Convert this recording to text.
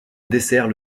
dessert